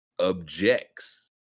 objects